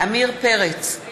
עמיר פרץ,